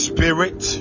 Spirit